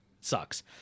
Sucks